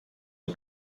una